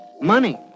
Money